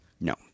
No